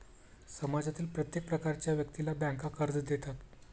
समाजातील प्रत्येक प्रकारच्या व्यक्तीला बँका कर्ज देतात